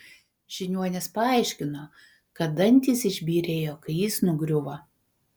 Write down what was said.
žiniuonis paaiškino kad dantys išbyrėjo kai jis nugriuvo